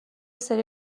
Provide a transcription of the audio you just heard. سری